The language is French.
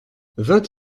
vingt